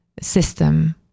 system